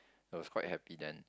I was quite happy then